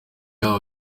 yabo